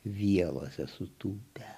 vielose sutūpę